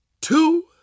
two